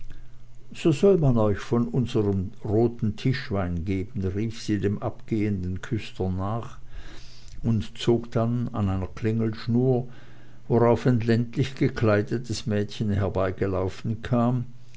so soll man euch von unserm roten tischwein geben rief sie dem abgehenden küster nach und zog dann an einer klingelschnur worauf ein ländlich gekleidetes mädchen herbeigelaufen kam